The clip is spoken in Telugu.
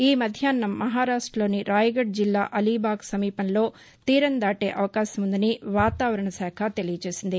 ఈ మధ్యాహ్నం మహారాష్టలోని రాయగఢ్ జిల్లా అలీబాగ్ సమీపంలో తీరం దాటే అవకాశం ఉందని వాతావరణ శాఖ తెలియజేసింది